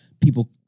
people